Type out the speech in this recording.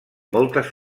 moltes